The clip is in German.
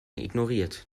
ignoriert